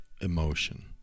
emotion